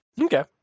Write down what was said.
Okay